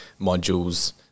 modules